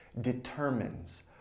determines